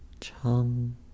Chum